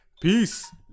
Peace